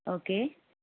okay